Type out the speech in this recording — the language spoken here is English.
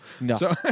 no